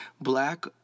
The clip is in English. black